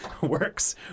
works